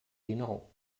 dinou